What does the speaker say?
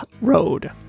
road